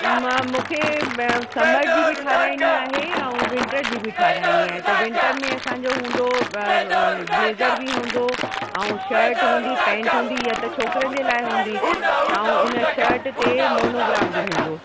म मूंखे समर जी बि ठाहिराइणी आहे ऐं विंटर जी बि ठाहिराइणी आहे त विंटर में असांजो हूंदो ब्लेज़र बि हूंदो ऐं शर्ट हूंदी पैंट हूंदी इहा त छोकिरियुनि जे लाइ हूंदी ऐं उन शर्ट ते मोनोग्राम बि हूंदो